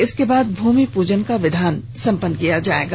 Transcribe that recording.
इसके बाद भूमि पूजने का विधान सम्पन्न किया जाएगा